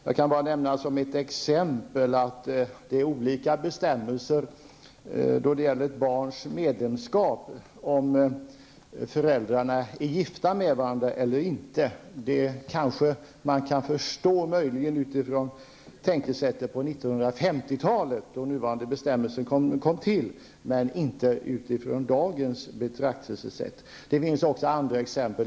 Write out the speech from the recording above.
Jag kan bara som ett exempel nämna att olika bestämmelser gäller för barns medlemskap beroende på om föräldrarna är gifta med varandra eller inte. Det kan man möjligen förstå utifrån tänkesättet på 50-talet, då nuvarande bestämmelser kom till, men inte utifrån dagens betraktelsesätt. Det finns också andra exempel.